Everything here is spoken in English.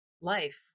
life